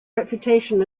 reputation